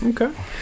Okay